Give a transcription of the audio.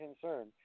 concern